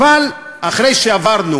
אבל אחרי שעברנו